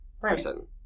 person